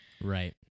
Right